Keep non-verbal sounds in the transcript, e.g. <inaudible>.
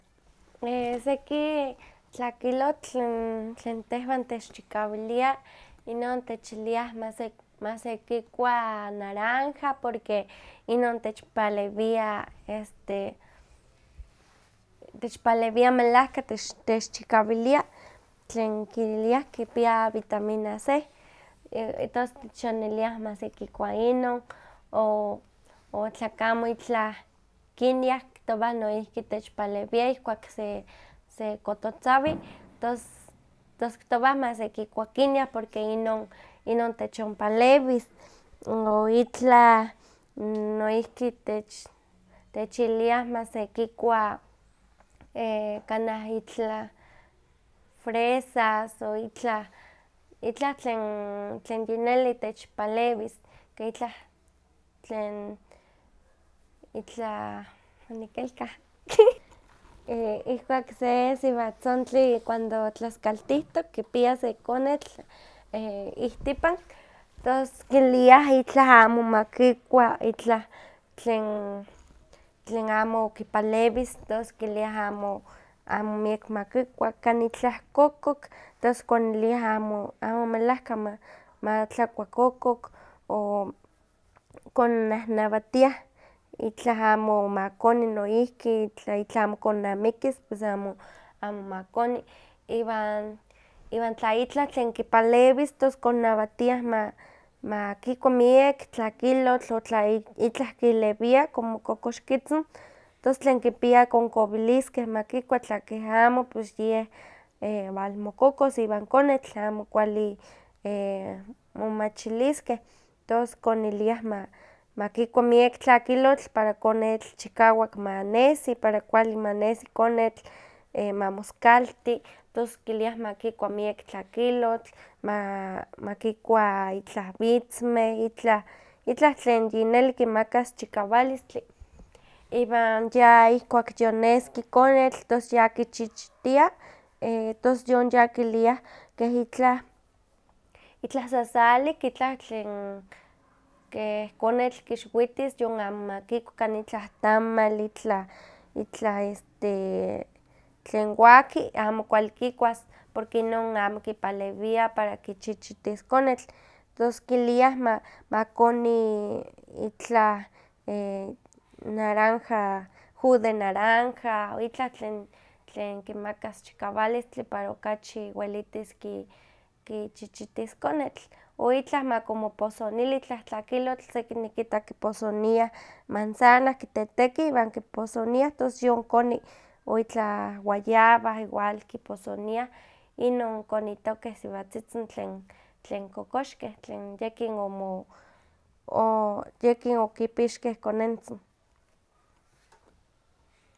E- seki tlakilotl tlen tlen tehwan techchikawilia inon techiliah mase asekikua naranja porque inon techpalewia este techpalewia melahka techchikawilia, tlen kiliah kipia vitamina c, tos techoiliah masekikua inon o tlakamo itlah kiniah, kihtowa noihki techpalewia ihkuak se sekototzawi, tos kihtowa ma sekikua kiniah porque inon tech techonpalewis, o itlah noihki tech techiliah masekikua kanah itlah fresas o itlah tlen tlen yineli techpalewis tlen itlah tlen itlah onikilhak. <laughs> E- ihkuak se siwatzintli ihkuak tlaskaltihtok kipia se ikone ihtipan, tos kiliah itlah amo ma kikua itlah tlen amo kipalewis tos kiliah amo amo miek ma kikua kanah itlah kokok, tos koniliha amo, amo melahka ma tlakua kokok, o konnahnawatiah itlah amo ma koni noihki ltlah amo konnamikis pues amo ma amo ma koni, iwan tla itlah tleh kipalewis tos konnawatiah ma kikua miek tlakitlotl o tla itlah kilewia, como kokoxkitzin, tos tlen kipia konkowiliskeh ma kikua, tla keh amo pues yeh walmokokos iwan konetl iwa amo kuali momachiliskeh, tos koniliah ma makikua miek tlakilotl para konetl chikawak ma nesi, para kuali ma nesi konetl ma ma moskalti, tos kiliah ma kikua miak tlakilotl, ma kikua itlah witzmeh, itlah itlah tlen yineli kimakas chikawalistli. Iwan ya ihkuak yoneski konetl tos yakichichitia, tos yon ya kiliah keh itlah itlah sasalik itlah tlen keh konetl kixwitis yon amo ma kikua kanah itlah tamal, itlah itlah este tlen waki amo kuali kikuas, porque inon amo kipalewia para kichichitis konetl, tos kiliah makoni itlah naranja, jugo de naranja, o itlah tlen tlen kimakas chikawalistli, para okachi welitis kichichitis konetl, o itlah makonmoposinili itlah tlakilotl, seki nikita kiposoniah manzana kiteteki iwan kiposoniah, tos yon koni, o itlah wayaba, iguak kiposoniah, inon konitokeh siwatzitzin, tlen tlen kokoxkeh tlen yakin omo yakin okipixkeh konentzin.